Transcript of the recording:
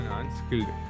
unskilled